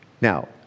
Now